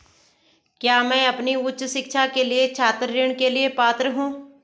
क्या मैं अपनी उच्च शिक्षा के लिए छात्र ऋण के लिए पात्र हूँ?